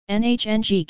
nhng